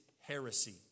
heresy